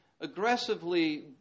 aggressively